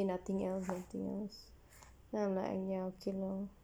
nothing else nothing else then I like okay lor